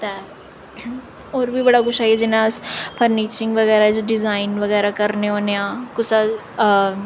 ते होर बी बड़ा कुछ जि'यां अस फर्निशिंग बगैरा च डिजाइन बगैरा करने होन्ने आं कुसै